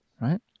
right